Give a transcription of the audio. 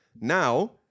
Now